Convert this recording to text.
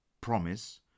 promise